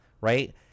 right